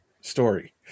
story